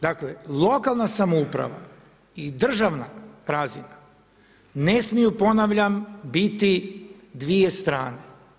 Dakle, lokalna samouprava i državna razina ne smiju ponavljam biti dvije strane.